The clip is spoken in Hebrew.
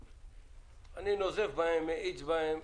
אני נוזף בהם, מאיץ בהם.